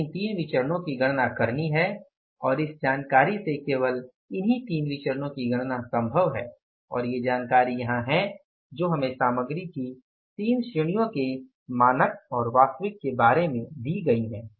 हमें इन तीन विचरणो की गणना करनी है और इस जानकारी से केवल इन्ही तीन विचरणो की गणना संभव है और ये जानकारी यहाँ हैं जो हमें सामग्री की तीन श्रेणियों के मानकों और वास्तविक के बारे में दी गई हैं